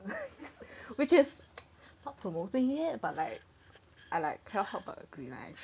which is not promoting it but like I like cannot help but agree like he's really so skinny